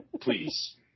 please